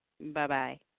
bye-bye